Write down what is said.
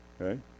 Okay